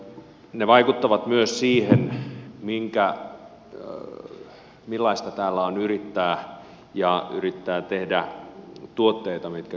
ne vaikuttavat myös siihen millaista täällä on yrittää ja yrittää tehdä tuotteita jotka kasvattavat vientiä